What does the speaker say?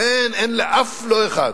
אין, אין אף לא אחד.